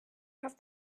have